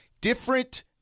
different